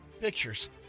pictures